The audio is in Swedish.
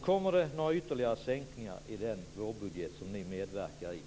Kommer det alltså ytterligare sänkningar i den vårbudget som ni medverkar till?